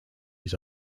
his